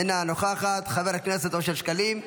אינה נוכחת, חבר הכנסת אושר שקלים,